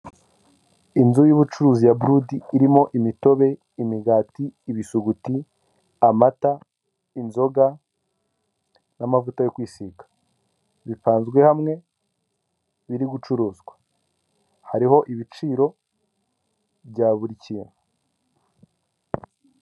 Inzu y'ubucuruzi ya burudi, irimo imitobe, imigati, ibisuguti, amata, inzoga n'amavuta yo kwisiga, bipanzwe hamwe, biri gucuruzwa, hariho ibiciro bya buri kintu.